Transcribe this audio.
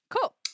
Cool